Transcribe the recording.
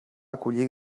acollir